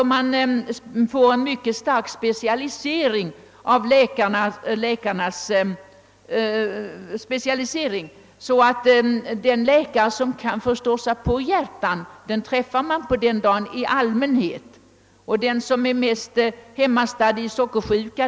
Om vi finge till stånd en stark specialisering av läkarnas arbetsområden, skulle man på en viss dag i allmänhet kunna träffa just den läkare, som är specialist på hjärtat, liksom att man en annan dag skulle träffa den läkare, som är mest hemmastadd på sockersjuka.